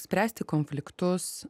spręsti konfliktus